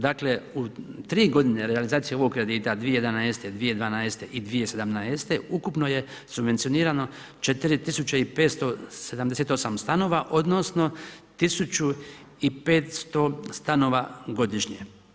Dakle u 3 godine realizacije ovog kredita 2011., 2012. i 2017. ukupno je subvencionirano 4578 stanova, odnosno 1500 stanova godišnje.